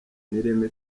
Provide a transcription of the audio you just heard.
n’ireme